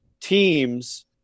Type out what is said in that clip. teams